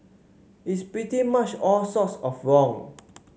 it's pretty much all sorts of wrong